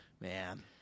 Man